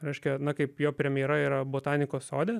reiškia na kaip jo premjera yra botanikos sode